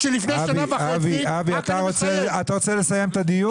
אבי, אתה רוצה לסיים את הדיון?